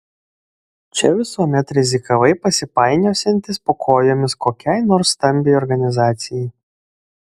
čia visuomet rizikavai pasipainiosiantis po kojomis kokiai nors stambiai organizacijai